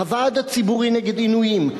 הוועד הציבורי נגד עינויים,